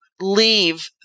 leave